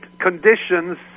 conditions